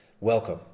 Welcome